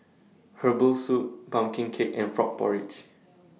Herbal Soup Pumpkin Cake and Frog Porridge